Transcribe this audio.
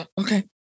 Okay